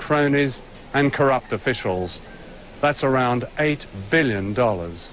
primaries and corrupt officials that's around eight billion dollars